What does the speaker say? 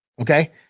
okay